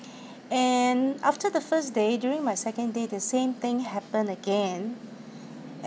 and after the first day during my second day the same thing happened again